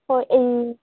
ꯍꯣꯏ ꯑꯩ